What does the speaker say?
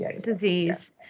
disease